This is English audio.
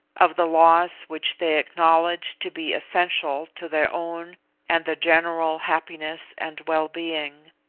of the laws which they acknowledged to be essential to their own and the general happiness and wellbeing.